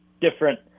different